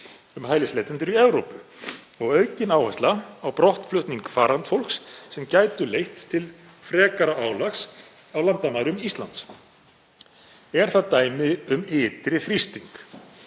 um hælisleitendur í Evrópu og aukin áhersla á brottflutning farandfólks sem gætu leitt til frekara álags á landamærum Íslands. Er það dæmi um ytri þrýsting